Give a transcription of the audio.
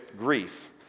Grief